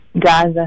Gaza